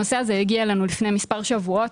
הנושא הזה הגיע אלינו לפני מספר שבועות